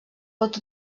pot